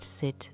sit